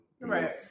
Right